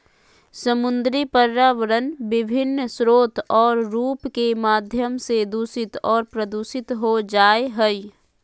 समुद्री पर्यावरण विभिन्न स्रोत और रूप के माध्यम से दूषित और प्रदूषित हो जाय हइ